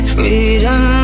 Freedom